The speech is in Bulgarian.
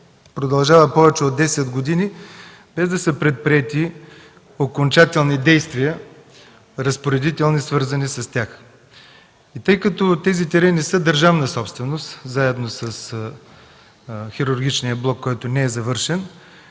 продължаваща повече от десет години, е без да са предприети окончателни разпоредителни действия с тях. Тъй като тези терени са държавна собственост заедно с хирургичния блок, който не е завършен,